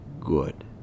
good